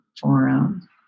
forum